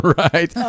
right